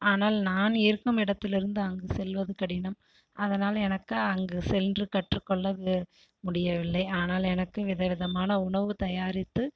ஆனால் நான் இருக்கும் இடத்திலிருந்து அங்கு செல்வது கடினம் அதனால் எனக்கு அங்கு சென்று கற்றுக்கொள்ள முடியவில்லை ஆனால் எனக்கு விதவிதமான உணவு தயாரித்து